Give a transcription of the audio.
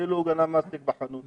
כאילו הוא גנב מסטיק בחנות.